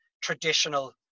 traditional